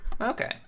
okay